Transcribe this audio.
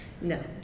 No